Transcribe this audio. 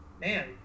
man